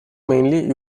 mainly